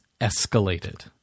escalated